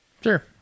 sure